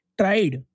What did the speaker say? tried